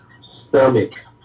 Stomach